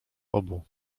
obu